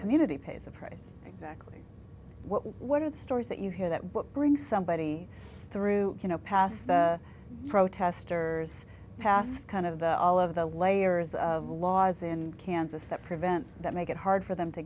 community pays a price exactly what are the stories that you hear that book bring somebody through you know past the protestors past kind of all of the layers of laws in kansas that prevent that make it hard for them to